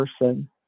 person